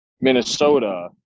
Minnesota